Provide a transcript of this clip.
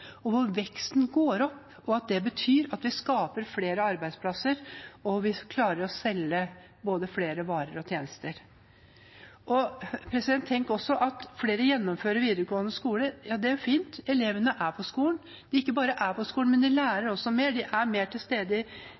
og hvor veksten går opp. Det betyr at vi skaper flere arbeidsplasser, og at vi klarer å selge flere varer og tjenester. Flere gjennomfører videregående skole. Det er fint. Elevene er på skolen. Og ikke bare er de på skolen – de lærer også mer, de er mer til